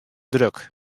druk